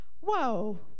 whoa